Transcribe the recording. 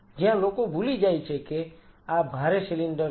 જ્યાં લોકો ભૂલી જાય છે કે આ ભારે સિલિન્ડર છે